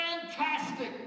Fantastic